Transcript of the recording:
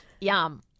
Yum